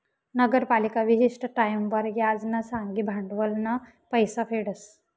नगरपालिका विशिष्ट टाईमवर याज ना संगे भांडवलनं पैसा फेडस